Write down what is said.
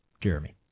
Jeremy